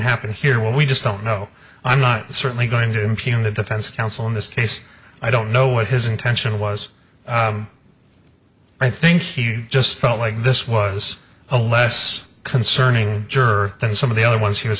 happen here what we just don't know i'm not certainly going to impugn the defense counsel in this case i don't know what his intention was i think he just felt like this was a less concerning jerk than some of the other ones he was